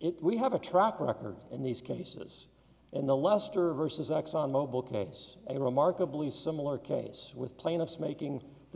it we have a track record in these cases and the lester versus exxon mobil case a remarkably similar case with plaintiffs making the